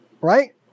right